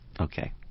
Okay